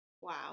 Wow